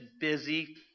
busy